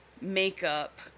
makeup